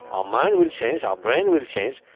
our mind will change, our brain will change.